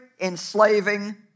enslaving